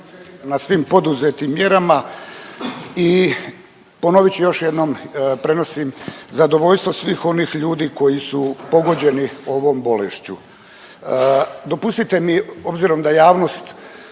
Na svim poduzetim mjerama i ponovit ću još jednom, prenosim zadovoljstvo svih onih ljudi koji su pogođeni ovom bolešću. Dopustite mi, obzirom da javnost